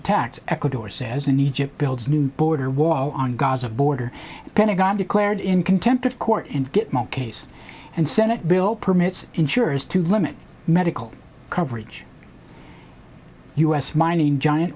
attacks ecuador says and egypt builds new border wall on gaza border pentagon declared in contempt of court and get more case and senate bill permits insurers to limit medical coverage u s mining giant